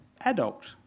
adult